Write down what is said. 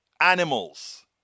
animals